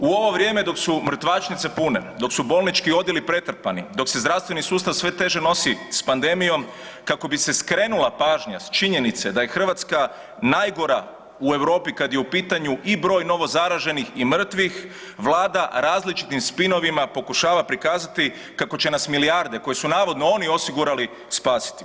U ovo vrijeme dok su mrtvačnice pune, dok su bolnički odjeli pretrpani, dok se zdravstveni sustav sve teže nosi s pandemijom, kako bi se skrenula pažnja s činjenice da je Hrvatska najgora u Europi kad je u pitanju i broj novo zaraženih i mrtvih vlada različitim spinovima pokušava prikazati kako će nas milijarde koje su navodno oni osigurali spasiti.